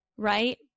Right